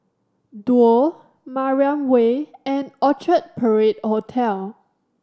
Duo Mariam Way and Orchard Parade Hotel